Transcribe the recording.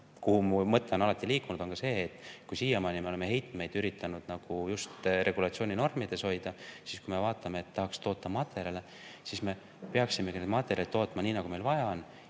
Kuhu mu mõte on alati liikunud, on ka see, et kui me siiamaani oleme heitmeid üritanud just nagu regulatsiooni normides hoida, siis kui me vaatame, et tahaks toota materjale, me peaksimegi need materjalid tootma nii, nagu meil vaja on,